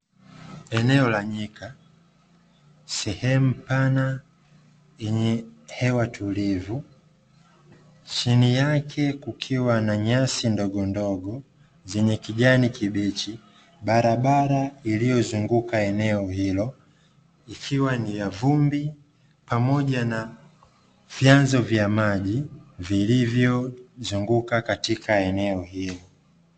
Eneo la nyika, sehemu pana yenye hewa tulivu, chini yake kukiwa na nyasi ndogondogo zenye kijani kibichi. Barabara iliyozunguka eneo hilo, ikiwa ni ya vumbi pamoja na vyanzo vya maji vilivyozunguka katika eneo hilo.